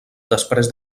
després